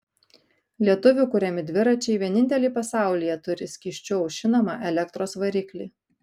lietuvių kuriami dviračiai vieninteliai pasaulyje turi skysčiu aušinamą elektros variklį